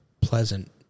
pleasant